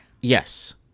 Yes